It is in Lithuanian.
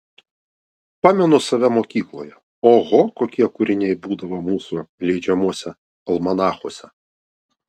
pamenu save mokykloje oho kokie kūriniai būdavo mūsų leidžiamuose almanachuose